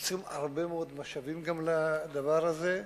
אנחנו צריכים הרבה מאוד משאבים גם לדבר הזה,